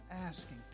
asking